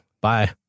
Bye